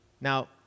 Now